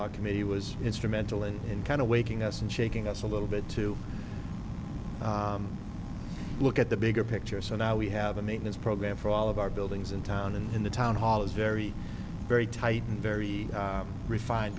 committee was instrumental in and kind of waking us and shaking us a little bit to look at the bigger picture so now we have a maintenance program for all of our buildings in town in the town hall is very very tight and very refined